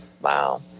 Wow